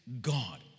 God